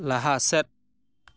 ᱞᱟᱦᱟ ᱥᱮᱫ